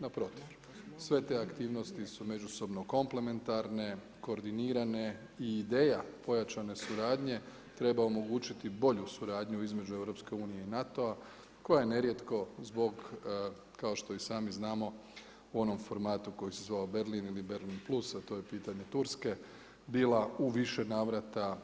Naprotiv, sve te aktivnosti su međusobno komplementarne, koordinirane i ideja pojačane suradnje, treba omogućiti bolju suradnju između EU i NATO-a, koja je nerijetko, zbog, kao što i sami znamo u onom formatu koji se zvao Berlin ili Berlin plus, a to je pitanje Turske, bila u više navrata